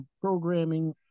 programming